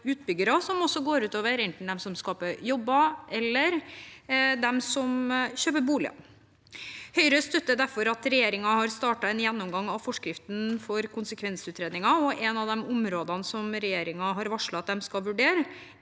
som går ut over enten dem som skaper jobber, eller dem som kjøper boliger. Høyre støtter derfor at regjeringen har startet en gjennomgang av forskriften for konsekvensutredninger, og et av de områdene regjeringen har varslet at de skal vurdere,